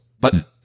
button